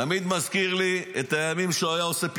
זה תמיד מזכיר לי את הימים שהוא היה עושה פרסומות.